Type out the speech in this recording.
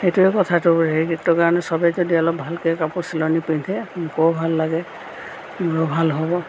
সেইটোৱে কথাটো সেইটো কাৰণে চবে যদি অলপ ভালকৈ কাপোৰ চিলনি পিন্ধে বৰ ভাল লাগে মোৰো ভাল হ'ব